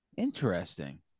Interesting